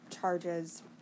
charges